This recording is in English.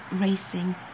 Racing